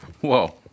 Whoa